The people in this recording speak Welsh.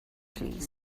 plîs